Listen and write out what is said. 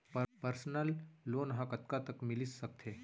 Personal loan ह कतका तक मिलिस सकथे?